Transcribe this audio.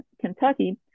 Kentucky